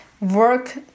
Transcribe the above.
work